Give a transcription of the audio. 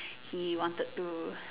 he wanted to